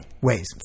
ways